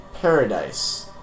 paradise